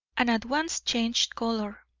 and at once changed colour.